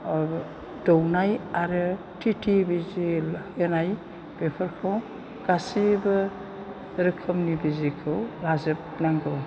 दौनाय आरो टि टि बिजि होनाय बेफोरखौ गासैबो रोखोमनि बिजिखौ लाजोबनांगौ